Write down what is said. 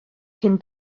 cyn